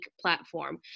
platform